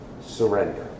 surrender